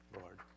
Lord